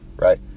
Right